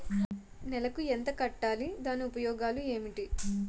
నెలకు ఎంత కట్టాలి? దాని ఉపయోగాలు ఏమిటి?